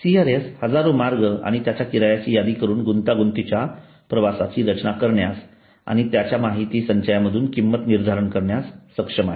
CRS हजारो मार्ग आणि त्याच्या किरायाची यादी करून गुंतागुंतीच्या प्रवासाची रचना करण्यास आणि त्याच्या माहिती संचयामधून किंमत निर्धारण करण्यास सक्षम आहे